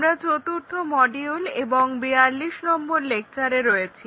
আমরা চতুর্থ মডিউল এবং 42 নম্বর লেকচারে রয়েছি